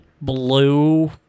blue